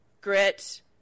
grit